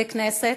the Knesset.